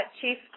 Chief